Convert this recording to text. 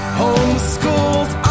homeschooled